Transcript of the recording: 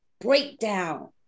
breakdown